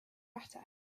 better